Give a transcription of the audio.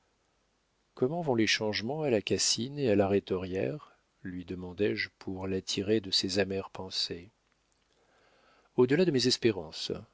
comment vont les changements à la cassine et à la rhétorière lui demandai-je pour la tirer de ses amères pensées au delà de mes espérances